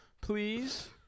please